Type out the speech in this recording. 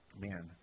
man